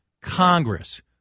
Congress